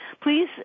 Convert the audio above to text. Please